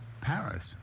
Paris